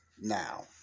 now